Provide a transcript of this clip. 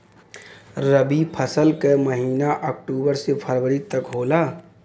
रवी फसल क महिना अक्टूबर से फरवरी तक होला